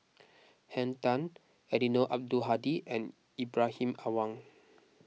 Henn Tan Eddino Abdul Hadi and Ibrahim Awang